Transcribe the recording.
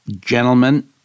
gentlemen